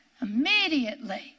Immediately